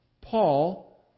Paul